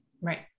Right